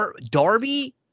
Darby